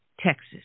Texas